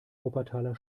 wuppertaler